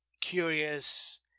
curious